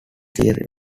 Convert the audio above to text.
theory